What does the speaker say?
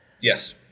yes